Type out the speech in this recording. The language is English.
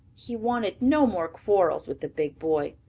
he wanted no more quarrels with the big boy.